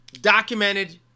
documented